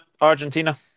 Argentina